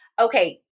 okay